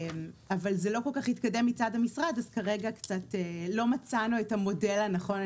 אבל זה לא התקדם כל כך מצד המשרד אז כרגע לא מצאנו את המודל הנכון.